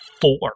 Four